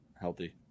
healthy